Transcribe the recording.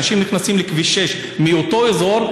אנשים נכנסים לכביש 6 מאותו אזור,